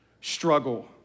struggle